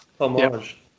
Homage